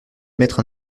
émettre